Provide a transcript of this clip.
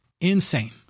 insane